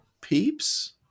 peeps